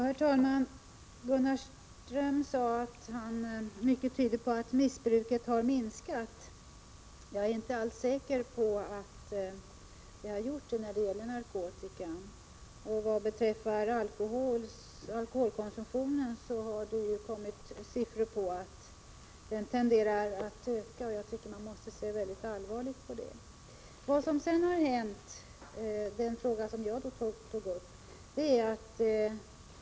Herr talman! Gunnar Ström sade att mycket tyder på att missbruket har minskat. Jag är inte alldeles säker på att det har gjort det när det gäller narkotikan. Vad beträffar alkoholkonsumtionen har det kommit siffror på att den tenderar att öka. Jag tycker att man måste se mycket allvarligt på detta. Den fråga som jag tog upp gällde vad som har hänt på senare tid.